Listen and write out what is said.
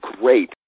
great